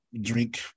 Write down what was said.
Drink